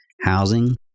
Housing